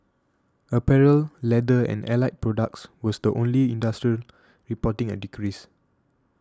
apparel leather and allied products was the only industry reporting a decrease